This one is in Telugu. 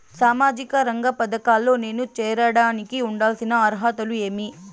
సామాజిక రంగ పథకాల్లో నేను చేరడానికి ఉండాల్సిన అర్హతలు ఏమి?